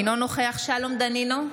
אינו נוכח שלום דנינו,